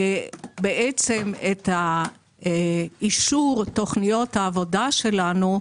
אז בעצם את אישור תוכניות העבודה שלנו,